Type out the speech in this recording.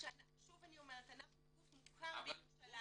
שוב אני אומרת, אנחנו גוף מוכר בירושלים.